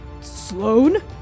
Sloane